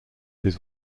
his